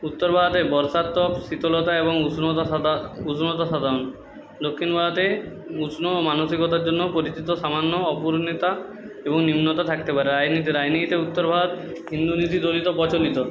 উত্তর ভারতের বর্ষা ত্তপ শীতলতা এবং উষ্ণতা উষ্ণতা সাধারণ দক্ষিণ ভারতে উষ্ণ মানসিকতার জন্য পরিচিত সামান্য অপূর্ণেতা এবং নিম্নতা থাকতে পারে রাজনীতি রাজনীতিতে উত্তর ভারত হিন্দু নীতির দলিত প্রচলিত